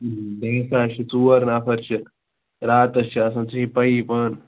بیٚیہِ حِساب چھِ ژور نَفَر چھِ راتَس چھِ آسان ژےٚ چھےٚ پَیی پانہٕ